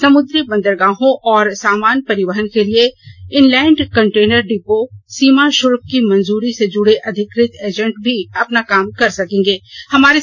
समुद्री बंदरगाहों और सामान परिवहन के लिए इनलैंड कंटेनर डिपो सीमा शुल्क की मंजूरी से जुड़े अधिकृत एजेंट भी अपना काम कर सकेंगे